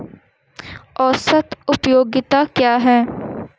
औसत उपयोगिता क्या है?